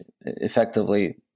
effectively